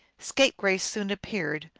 scapegrace soon appeared,